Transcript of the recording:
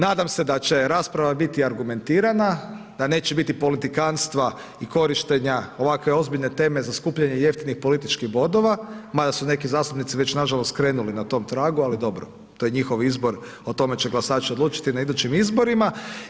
Nadam se da će rasprava biti argumentirana, da neće biti politikanstva i korištenja ovakve ozbiljne teme za skupljanje jeftinih političkih bodova mada su neki zastupnici već nažalost krenuli na tom tragu ali dobro to je njihov izbor, o tome će glasaći odlučiti na idućim izborima.